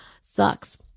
sucks